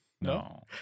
No